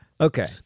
Okay